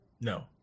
No